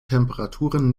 temperaturen